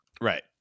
Right